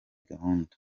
gahunda